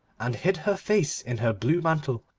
and hid her face in her blue mantle.